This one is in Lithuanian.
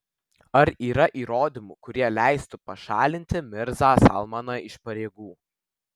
ar yra įrodymų kurie leistų pašalinti mirzą salmaną iš pareigų